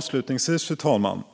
Avslutningsvis: